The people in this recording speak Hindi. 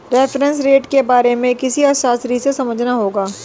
रेफरेंस रेट के बारे में किसी अर्थशास्त्री से समझना होगा